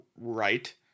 right